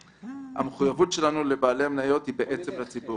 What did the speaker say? המחויבות שלנו לבעלי המניות היא לציבור.